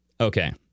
Okay